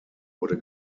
wurde